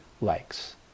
likes